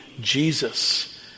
Jesus